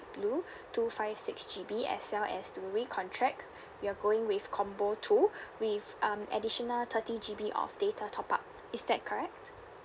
blue two five six G_B as well as to re-contract you're going with combo two with um additional thirty G_B of data top up is that correct